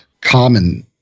common